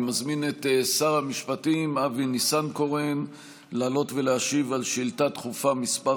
אני מזמין את שר המשפטים אבי ניסנקורן לעלות ולהשיב על שאילתה דחופה מס'